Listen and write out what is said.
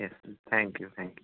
yes thank you thank you